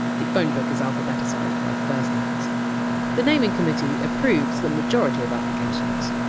the phone book is alphabetical like by first name the naming committee approves the majority of applications.